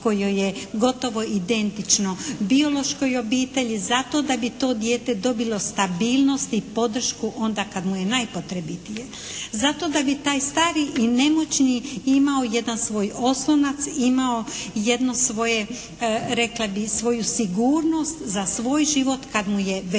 joj je gotovo identično biološkoj obitelji. Zato da bi to dijete dobilo stabilnost i podršku onda kad mu je najpotrebitije. Zato da bi taj stari i nemoćni imao jedan svoj oslonac, imao jedno svoje, rekla bih svoju sigurnost za svoj život kad mu je već